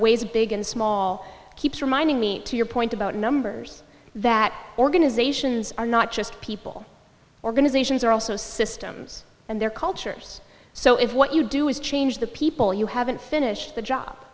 ways big and small keeps reminding me to your point about numbers that organizations are not just people organizations are also systems and they're cultures so if what you do is change the people you haven't finished the job